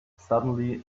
suddenly